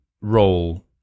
role